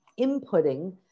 inputting